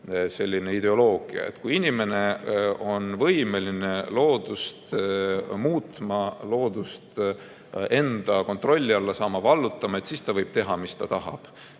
valdamise ideoloogia, et kui inimene on võimeline loodust muutma, loodust enda kontrolli alla saama, vallutama, siis ta võib teha, mis ta tahab,